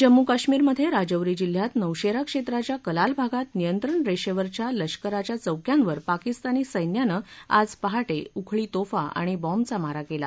जम्मू काश्मीरमधे राजौरी जिल्ह्यात नौशेरा क्षेत्राच्या कलाल भागात नियंत्रणरेषेवरच्या लष्कराच्या चौक्यांवर पाकिस्तानी सैन्यानं आज पहाटे उखळी तोफा आणि बॉम्बचा मारा केला